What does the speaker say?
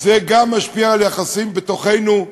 זה גם משפיע על יחסים בתוכנו,